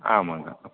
ஆமாங்க